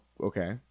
Okay